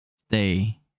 stay